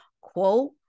quote